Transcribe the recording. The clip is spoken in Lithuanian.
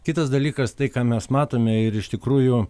kitas dalykas tai ką mes matome ir iš tikrųjų